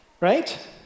right